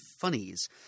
Funnies